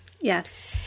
Yes